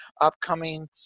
upcoming